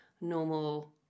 normal